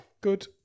Good